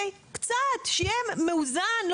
שיהיה מאוזן.